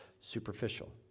superficial